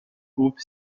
groupe